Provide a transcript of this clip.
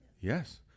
Yes